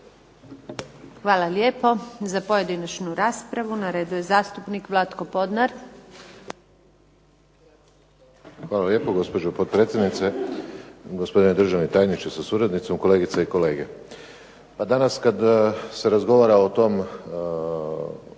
Hvala lijepo. Za pojedinačnu raspravu na redu je zastupnik Vlatko Podnar. **Podnar, Vlatko (SDP)** Hvala lijepo. Gospođo potpredsjedniče, gospodine državni tajniče sa suradnicom, kolegice i kolege. Danas kad se razgovara o tom